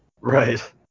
Right